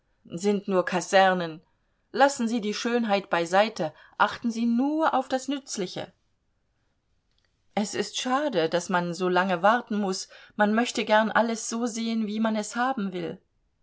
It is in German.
sind nur kasernen lassen sie die schönheit beiseite achten sie nur auf das nützliche es ist nur schade daß man solange warten muß man möchte gern alles so sehen wie man es haben will